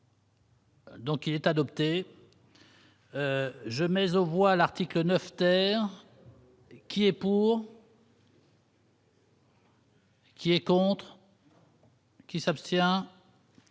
Donc il est adopté, je mais au voit l'article 9 terre. Qui est pour. Qui est contre. Qui s'abstient,